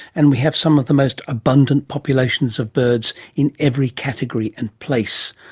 and we have some of the most abundant populations of birds in every category and place.